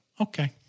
okay